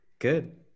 good